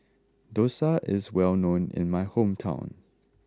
Dosa is well known in my hometown